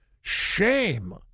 shame